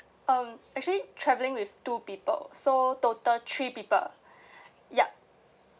um actually travelling with two people so total three people yup